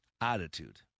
Attitude